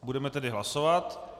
Budeme tedy hlasovat.